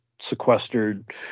sequestered